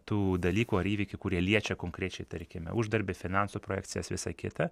tų dalykų ar įvykių kurie liečia konkrečiai tarkime uždarbį finansų projekcijas visa kita